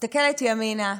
מסתכלת ימינה,